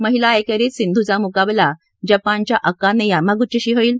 महिला एकेरीत सिंधूचा मुकाबला जपानच्या अकाने यामागुचीशी होईल